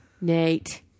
Nate